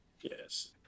Yes